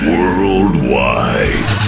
Worldwide